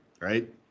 right